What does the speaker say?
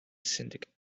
syndicate